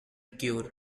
cure